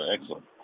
excellent